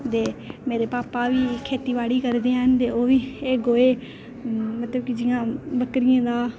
दे मेरे भापा बी खेतीबाड़ी करदे हैन ओह् बी एह् गोहे मतलब कि जि'यां बकरियें दा